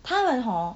他们 hor